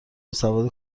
سواد